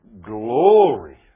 glory